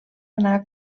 anar